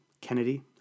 Kennedy